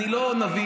אני לא נביא,